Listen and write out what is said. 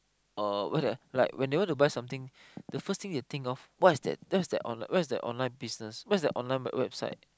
uh what like when they want to buy something the first thing you think of what is that that is online business where is the online business what is the online website